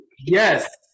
yes